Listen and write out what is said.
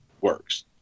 works